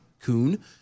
coon